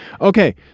Okay